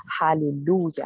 Hallelujah